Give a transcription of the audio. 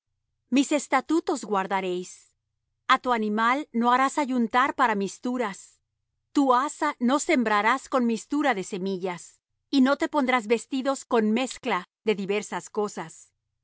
mis estatutos guardaréis a tu animal no harás ayuntar para misturas tu haza no sembrarás con mistura de semillas y no te pondrás vestidos con mezcla de diversas cosas